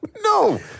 No